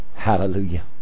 Hallelujah